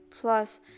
Plus